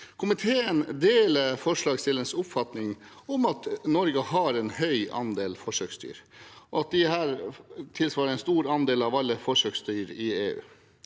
Komiteen deler forslagsstillernes oppfatning om at Norge har en høy andel forsøksdyr, og at disse tilsvarer en stor andel av alle forsøksdyr i EU.